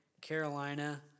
Carolina